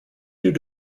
due